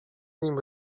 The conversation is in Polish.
nim